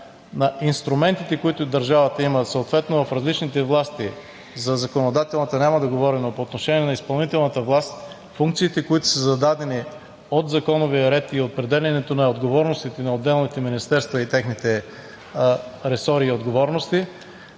на инструментите, които има държавата съответно в различните власти, за законодателната няма да говоря, но по отношение на изпълнителната власт, функциите, които са зададени от законовия ред и определянето на отговорностите на отделните министерства и техните ресори и отговорности,